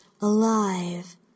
alive